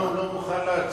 אז למה הוא לא מוכן להצהיר?